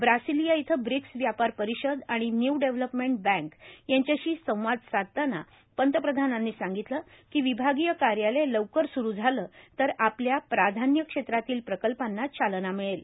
Brasilia इथं BRICS व्यापार परिषद आणि न्यू डेव्हलपमेंट बँक यांच्याशी संवाद साधताना पंतप्रधानांनी सांगितलं कीए विभागीय कार्यालय लवकर सुरु झालं तरए आपल्या प्राधान्य क्षेत्रातील प्रकल्पांना चालना मिळेल